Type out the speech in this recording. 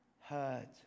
heard